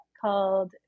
called